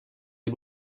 les